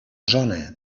zona